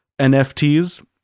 NFTs